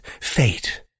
fate